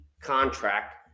contract